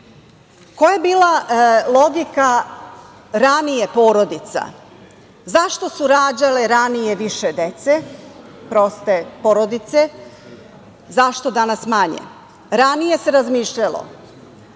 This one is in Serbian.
Koja je bila logika ranije porodica, zašto su ranije rađali više dece, proste porodice, a zašto danas manje? Ranije se razmišljalo